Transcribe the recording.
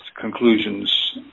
conclusions